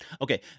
Okay